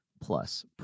plus